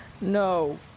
no